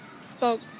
spoke